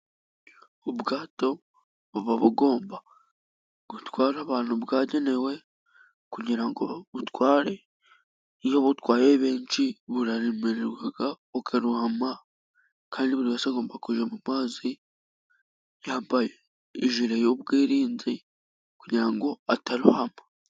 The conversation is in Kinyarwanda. Ubwato buba bugomba gutwara abantu bwagenewe kugira ngo butware, iyo butwaye benshi buraremererwa bukarohama, kandi buri wese agomba kujya mu mazi yambaye ijire y'ubwirinzi kugira ngo atarohama.